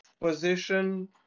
position